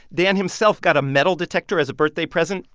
dan himself got a metal detector as a birthday present.